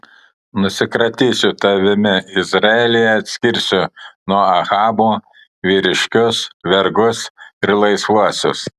nusikratysiu tavimi izraelyje atkirsiu nuo ahabo vyriškius vergus ir laisvuosius